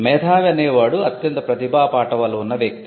మేధావి అనే వాడు అత్యంత ప్రతిభా పాటవాలు ఉన్న వ్యక్తి